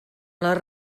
les